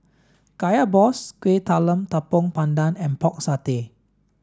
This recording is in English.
Kaya Balls Kuih Talam Tepong Pandan and pork satay